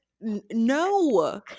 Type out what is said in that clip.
No